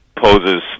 poses